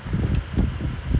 we can just try one